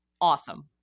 Awesome